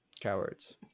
cowards